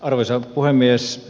arvoisa puhemies